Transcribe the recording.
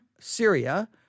Syria